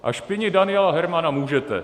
A špinit Daniela Hermana můžete.